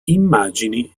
immagini